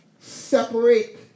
separate